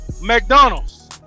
McDonald's